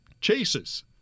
chases